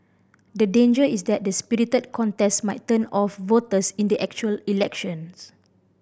the danger is that the spirited contest might turn off voters in the actual elections